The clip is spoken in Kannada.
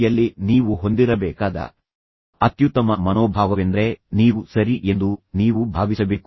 ಯಲ್ಲಿ ನೀವು ಹೊಂದಿರಬೇಕಾದ ಅತ್ಯುತ್ತಮ ಮನೋಭಾವವೆಂದರೆ ನೀವು ಸರಿ ಎಂದು ನೀವು ಭಾವಿಸಬೇಕು